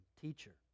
Teacher